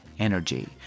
energy